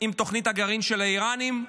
עם תוכנית הגרעין של האיראנים,